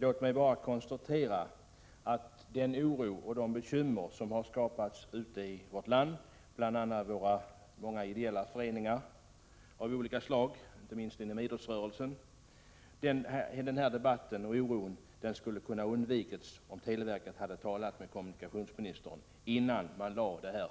Låt mig bara konstatera att den oro och de bekymmer som har skapats ute i vårt land, bl.a. i ideella föreningar av olika slag — inte minst inom idrottsrörelsen — skulle ha kunnat undvikas om televerket hade talat med kommunikationsministern innan verket framlade det här